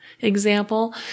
example